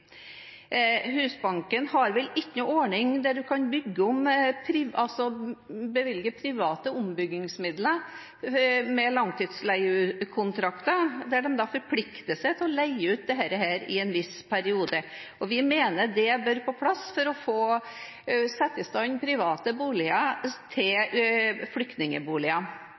Husbanken har ikke noen ordning der man kan bevilge ombyggingsmidler til private som inngår langtidsleiekontrakter, der de er forpliktet til å leie ut i en viss periode. Vi mener det bør på plass for å sette i stand private boliger til